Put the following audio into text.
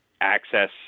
access